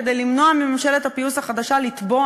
כדי למנוע מממשלת הפיוס החדשה לחזור